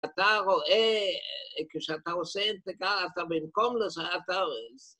‫אתה רואה, כשאתה עושה אינטגרל, ‫במקום לזה אתה...